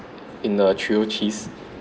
in a trio cheese